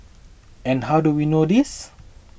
and how do we know this